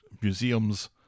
museums